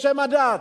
בשם הדת.